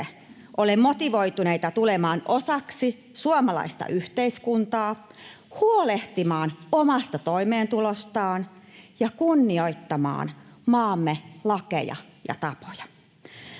ole motivoituneita tulemaan osaksi suomalaista yhteiskuntaa, huolehtimaan omasta toimeentulostaan ja kunnioittamaan maamme lakeja ja tapoja.